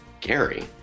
Gary